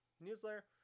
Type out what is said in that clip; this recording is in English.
newsletter